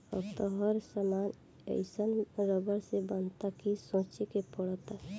अब त हर सामान एइसन रबड़ से बनता कि सोचे के पड़ता